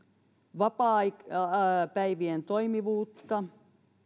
vapaapäivien vapaapäivien toimivuutta